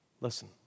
Listen